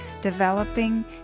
developing